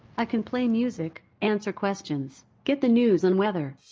i can play music, answer questions, get the news and weather.